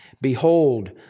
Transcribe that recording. Behold